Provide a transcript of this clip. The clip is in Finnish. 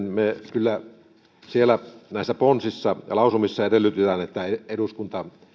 kyllä näissä ponsissa ja lausumissa edellytetään että eduskunta